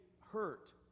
hurt